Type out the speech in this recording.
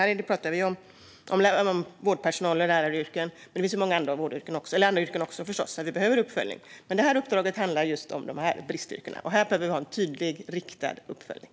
Här pratar vi om vårdpersonal och läraryrken, men det finns förstås också många andra yrken där vi behöver uppföljning. Men detta uppdrag handlar om just dessa bristyrken, och här behöver vi ha en tydlig, riktad uppföljning.